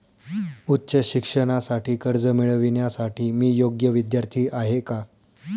उच्च शिक्षणासाठी कर्ज मिळविण्यासाठी मी योग्य विद्यार्थी आहे का?